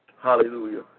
Hallelujah